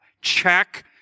Check